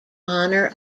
honour